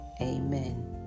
Amen